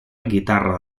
guitarra